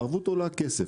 הערבות עולה כסף.